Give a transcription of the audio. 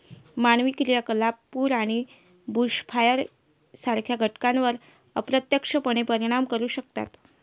मानवी क्रियाकलाप पूर आणि बुशफायर सारख्या घटनांवर अप्रत्यक्षपणे परिणाम करू शकतात